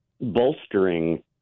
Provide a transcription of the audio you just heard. bolstering